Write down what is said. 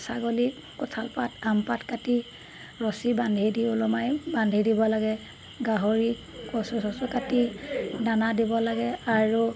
ছাগলীক কঁঠালপাত আমপাত কাটি ৰছী বান্ধি দি ওলমাই বান্ধি দিব লাগে গাহৰিক কচু চচু কাটি দানা দিব লাগে আৰু